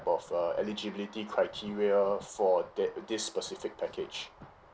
of uh eligibility criteria for that this specific package